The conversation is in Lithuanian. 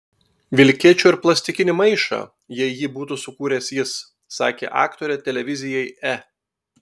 vilkėčiau ir plastikinį maišą jei jį būtų sukūręs jis sakė aktorė televizijai e